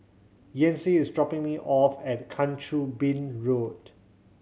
Yancy is dropping me off at Kang Choo Bin Road